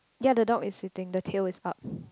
yea the dog is sitting the tail is up